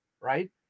right